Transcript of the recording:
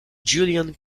julian